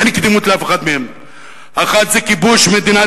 אין קדימות לאף אחת מהן: 1. כיבוש מדינת